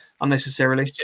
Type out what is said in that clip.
unnecessarily